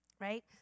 right